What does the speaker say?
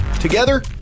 Together